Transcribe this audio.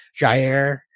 Jair